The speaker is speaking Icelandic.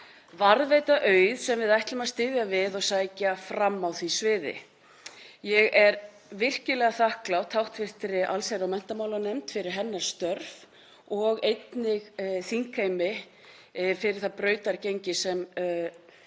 varðveita auð sem við ætlum að styðja við og sækja fram á því sviði. Ég er virkilega þakklát hv. allsherjar- og menntamálanefnd fyrir hennar störf og einnig þingheimi fyrir það brautargengi sem